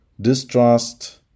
Distrust